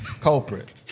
culprit